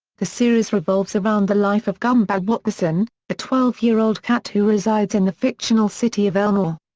the series revolves around the life of gumball watterson, a twelve year old cat who resides in the fictional city of elmore.